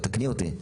תקני אותי.